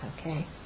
Okay